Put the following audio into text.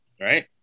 right